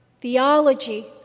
theology